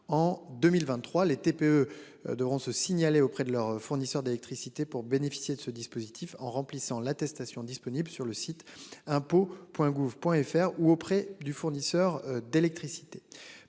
En 2023, les TPE devront se signaler auprès de leur fournisseur d'électricité pour bénéficier de ce dispositif en remplissant l'attestation disponible sur le site impôts Point gouv Point FR ou auprès du fournisseur d'électricité.